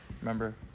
Remember